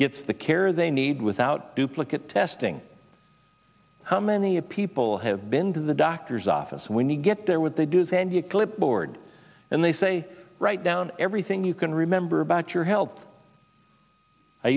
the care they need without duplicate testing how many people have been to the doctor's office when you get there what they do then you clipboard and they say write down everything you can remember about your he